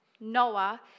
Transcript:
Noah